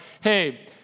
hey